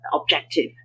objective